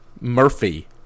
Murphy